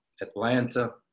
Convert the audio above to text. Atlanta